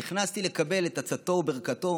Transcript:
נכנסתי לקבל את עצתו וברכתו.